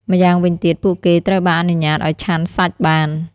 ម្យ៉ាងវិញទៀត ពួកគេត្រូវបានអនុញ្ញាតឱ្យឆាន់សាច់បាន។